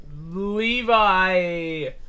Levi